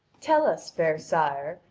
tell us, fair sire,